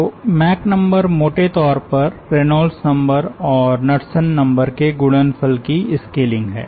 तो Mach number मोटे तौर पर रेनॉल्ड्स नंबर और नड्सन नंबर के गुणनफल की स्केलिंग है